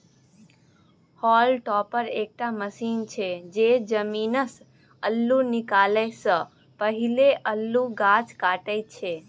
hall topper एकटा machine छै जे जमीनसँ अल्लु निकालै सँ पहिने अल्लुक गाछ काटय छै